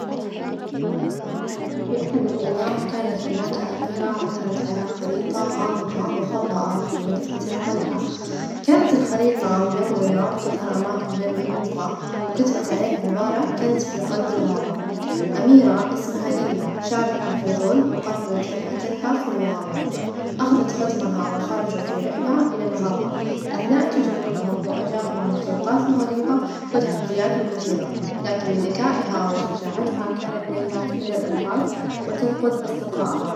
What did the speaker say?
في أحد الأيام كانت هناك أميرة عثرت على خريطة غامضة مخبأة في مكتبة القلعة كانت الخريطة ملونة، وتظهر أماكن غير مألوفة، وكتبت عليها عبارة "كنز في قلب الغابة"، أميرة اسمها ليلى شعرت بالفظول، وقررت إنها تذهب في مغامرة، أخذت خدمها وخرجوا في رحلة إلى الغابة، أثناء تجولهم واجاههم مخلوقات غريبة، وتحدياتٌ مثيرة، لكن بذكائها وشجاعتها كانت ليلى تحل الألغاز، وتنقذ أصدقاءها.